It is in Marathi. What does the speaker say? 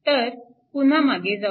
तर पुन्हा मागे जाऊ